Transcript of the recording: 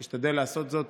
אני אשתדל לעשות זאת